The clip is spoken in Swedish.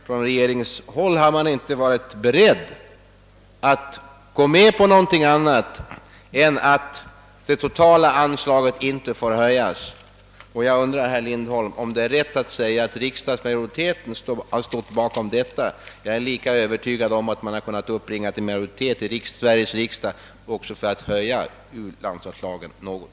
Från regeringshåll har man inte varit beredd att acceptera någon annan ståndpunkt än den att det totala anslaget inte får höjas. Jag undrar, herr Lindholm, om det är riktigt att säga att riksdagsmajoriteten har stått bakom denna ståndpunkt. Jag är lika övertygad om att man hade kunnat åstadkomma majoritet i Sveriges riksdag för att höja u-landsanslagen något.